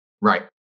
Right